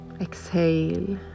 Exhale